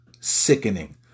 Sickening